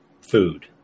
food